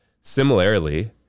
Similarly